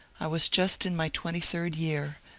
i was just in my twenty-third year,